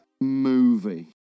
movie